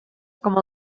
com